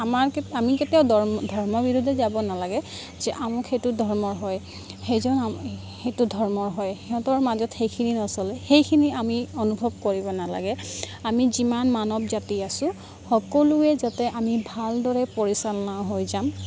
আমাক আমি কেতিয়াও দৰ ধৰ্মৰ বিৰোধে যাব নেলাগে যে আমুক সেইটো ধৰ্ম হয় সেইজন সেইটো ধৰ্মৰ হয় সিহঁতৰ মাজত সেইখিনি নচলে সেইখিনি আমি অনুভৱ কৰিব নেলাগে আমি যিমান মানৱ জাতি আছোঁ সকলোৱে যাতে আমি ভালদৰে পৰিচালনা হৈ যাম